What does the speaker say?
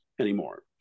anymore